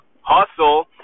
hustle